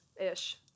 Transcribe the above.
Ish